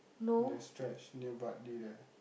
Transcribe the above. that stretch near Bartley there